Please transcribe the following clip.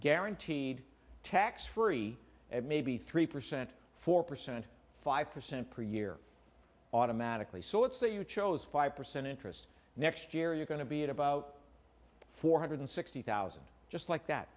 guaranteed tax free at maybe three percent four percent five percent per year automatically so it's that you chose five percent interest next year you're going to be at about four hundred sixty thousand just like that